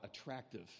attractive